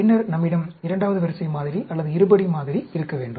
பின்னர் நம்மிடம் இரண்டாவது வரிசை மாதிரி அல்லது இருபடி மாதிரி இருக்க வேண்டும்